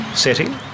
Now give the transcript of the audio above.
setting